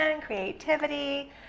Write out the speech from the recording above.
creativity